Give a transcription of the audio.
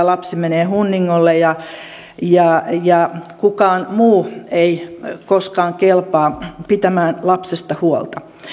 lapsi menee hunningolle ja ja kukaan muu ei koskaan kelpaa pitämään lapsesta huolta